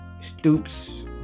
Stoops